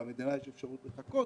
למדינה יש אפשרות לחכות,